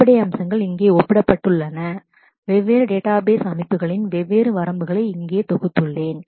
அடிப்படை அம்சங்கள் feature இங்கே ஒப்பிடப்பட்டு உள்ளன வெவ்வேறு டேட்டாபேஸ் database அமைப்புகளின் வெவ்வேறு வரம்புகளை இங்கே தொகுத்தல்